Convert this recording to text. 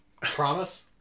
Promise